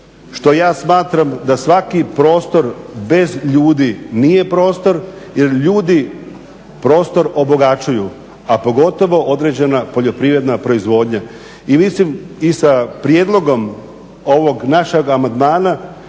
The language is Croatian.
što ja smatram da svaki prostor bez ljudi nije prostor jer ljudi prostor obogaćuju a pogotovo određena poljoprivredna proizvodnja i mislim i sa prijedlogom ovog našeg amandmana